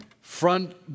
front